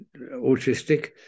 autistic